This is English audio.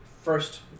First